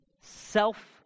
self